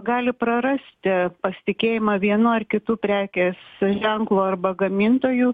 gali prarasti pasitikėjimą vienu ar kitu prekės ženklu arba gamintoju